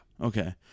Okay